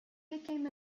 became